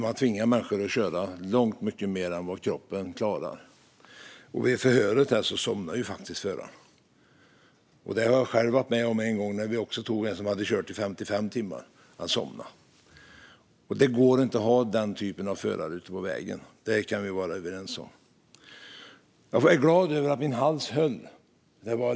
Man tvingar människor att köra långt mycket mer än vad kroppen klarar. Vid förhöret av föraren somnade föraren. Jag har själv varit med om att en förare som vi tog och som hade kört i 55 timmar somnade. Det går inte att ha denna typ av förare ute på vägarna. Det kan vi vara överens om.